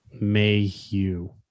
Mayhew